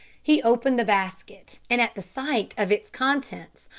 he opened the basket, and at the sight of its contents,